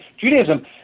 Judaism